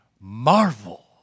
marvel